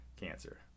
cancer